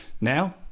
Now